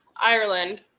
ireland